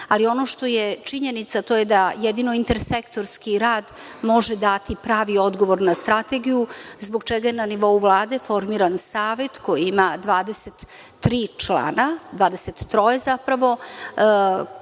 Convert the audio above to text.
Ali, ono što je činjenica to je da jedino intersektorski rad može dati pravi odgovor na strategiju zbog čega je na nivou Vlade formiran savet koji ima 23 člana, dvadeset